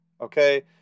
Okay